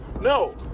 No